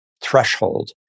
threshold